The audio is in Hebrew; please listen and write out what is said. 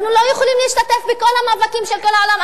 אנחנו לא יכולים להשתתף בכל המאבקים של כל העולם.